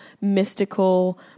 mystical